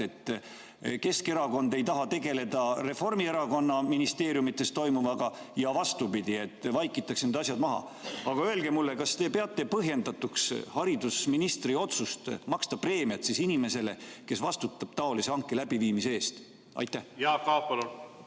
Keskerakond ei taha tegeleda Reformierakonna ministeeriumides toimuvaga ja vastupidi, need asjad vaikitakse maha. Öelge mulle, kas te peate põhjendatuks haridusministri otsust maksta preemiat inimesele, kes vastutab taolise hanke läbiviimise eest. Jaak Aab, palun!